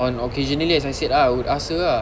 on occasionally as I said ah I would ask her ah